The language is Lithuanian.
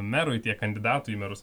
merui tiek kandidatui į merus